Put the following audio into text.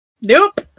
Nope